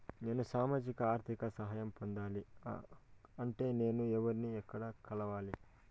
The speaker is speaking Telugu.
నేను సామాజిక ఆర్థిక సహాయం పొందాలి అంటే నేను ఎవర్ని ఎక్కడ కలవాలి?